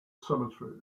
cemetery